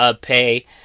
pay